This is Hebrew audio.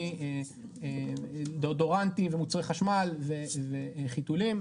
מהדאודורנטים ומוצרי חשמל וחיתולים,